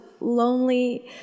lonely